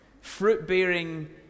Fruit-bearing